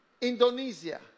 Indonesia